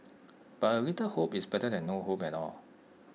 but A little hope is better than no hope at all